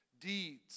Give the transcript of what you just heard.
deeds